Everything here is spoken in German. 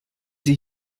sie